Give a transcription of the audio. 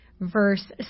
verse